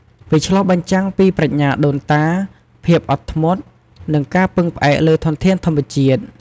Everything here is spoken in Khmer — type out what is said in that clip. វាឆ្លុះបញ្ចាំងពីប្រាជ្ញាដូនតា ភាពអត់ធ្មត់ និងការពឹងផ្អែកលើធនធានធម្មជាតិ។